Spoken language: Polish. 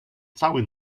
cały